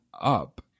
up